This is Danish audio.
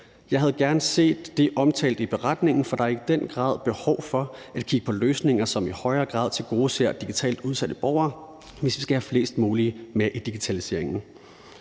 Jeg havde gerne set det omtalt i redegørelsen, for der er i den grad behov for at kigge på løsninger, som i højere grad tilgodeser digitalt udsatte borgere, hvis vi skal have flest mulige med i digitaliseringen.